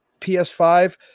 PS5